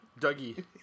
Dougie